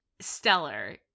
Stellar